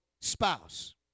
spouse